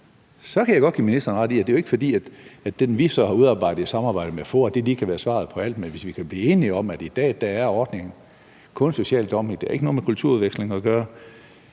Så kan jeg godt give ministeren ret i, at det jo ikke er, fordi den ordning, vi så har udarbejdet i samarbejde med FOA, lige kan være svaret på alt, men kan vi blive enige om, at i dag er ordningen kun social dumping, og at det ikke har noget med kulturudveksling at gøre?